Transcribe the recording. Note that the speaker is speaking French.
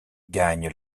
gagne